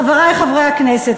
חברי חברי הכנסת,